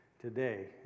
today